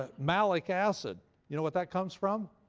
ah malic acid you know what that comes from?